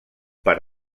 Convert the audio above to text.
per